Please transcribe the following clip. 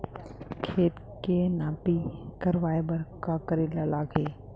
खेत के नापी करवाये बर का करे लागही?